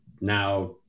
now